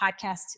podcast